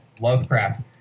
Lovecraft